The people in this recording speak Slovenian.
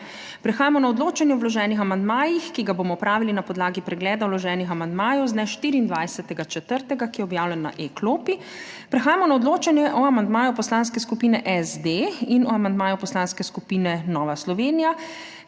Prehajamo na odločanje o vloženih amandmajih, ki ga bomo opravili na podlagi pregleda vloženih amandmajev z dne, 24. 4. ki je objavljen na e klopi. Prehajamo na odločanje o amandmaju Poslanske skupine SD in o amandmaju Poslanske skupine Nova Slovenija